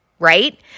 right